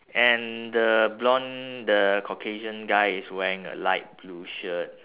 and the blonde the caucasian guy is wearing a light blue shirt